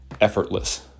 effortless